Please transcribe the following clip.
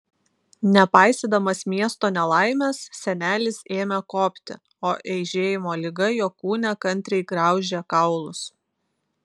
nepaisydamas miesto nelaimės senelis ėmė kopti o eižėjimo liga jo kūne kantriai graužė kaulus